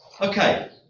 Okay